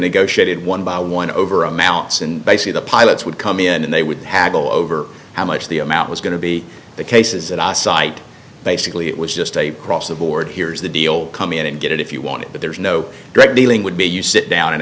negotiated one by one over amounts and basically the pilots would come in and they would haggle over how much the amount was going to be the cases and cite basically it was just a cross the board here's the deal come in and get it if you want it but there's no drug dealing would be you sit down and